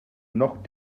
noch